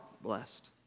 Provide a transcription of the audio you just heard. blessed